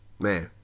Man